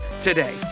today